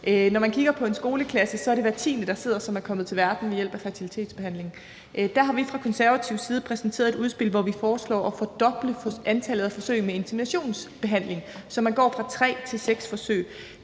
Når man kigger på en skoleklasse, er det hver tiende, der sidder der, som er kommet til verden ved hjælp af fertilitetsbehandling. Der har vi fra konservativ side præsenteret et udspil, hvor vi foreslår at fordoble antallet af forsøg med inseminationsbehandling, så man går fra tre til seks forsøg.